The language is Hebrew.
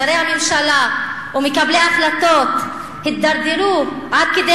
שרי הממשלה ומקבלי ההחלטות הידרדרו עד כדי